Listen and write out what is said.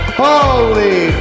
holy